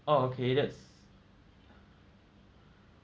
oh okay that's